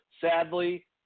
Sadly